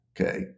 okay